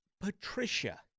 Patricia